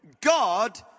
God